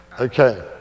Okay